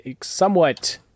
somewhat